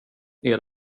det